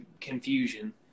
confusion